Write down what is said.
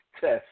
test